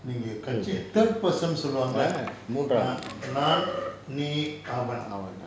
நீங்க கட்சிய:neenga katchiya third person னு சொல்லுவாங்கல நான் நீ அவன்:nu solluvaangala naan nee avan